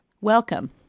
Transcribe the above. Welcome